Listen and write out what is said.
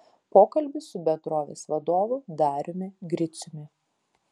pokalbis su bendrovės vadovu dariumi griciumi